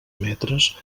metres